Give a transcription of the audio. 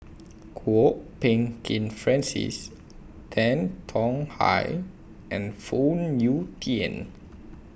Kwok Peng Kin Francis Tan Tong Hye and Phoon Yew Tien